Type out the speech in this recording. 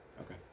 Okay